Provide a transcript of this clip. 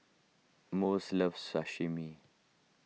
Mose loves